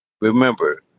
Remember